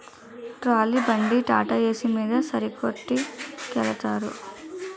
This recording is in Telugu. ట్రాలీ బండి టాటాఏసి మీద సరుకొట్టికెలతారు